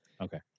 Okay